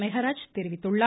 மெஹராஜ் தெரிவித்துள்ளார்